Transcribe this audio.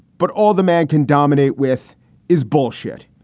but all the man can dominate with is bullshit.